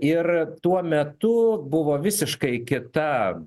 ir tuo metu buvo visiškai kita